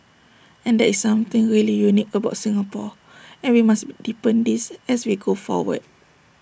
and that is something really unique about Singapore and we must deepen this as we go forward